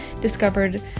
discovered